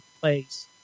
place